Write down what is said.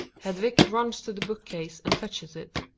hjjdvig runs to the book case and fetches it.